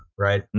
right?